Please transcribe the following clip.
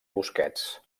busquets